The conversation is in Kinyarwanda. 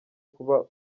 kuba